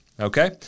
okay